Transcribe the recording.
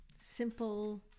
simple